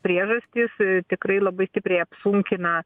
priežastys tikrai labai stipriai apsunkina